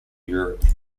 europe